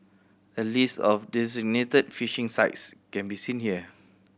a list of designated fishing sites can be seen here